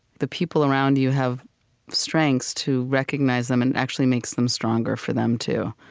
the people around you have strengths, to recognize them, and it actually makes them stronger for them, too.